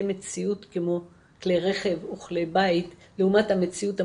מציאות כמו כלי רכב וכלי בית לעומת המציאות המסורתית,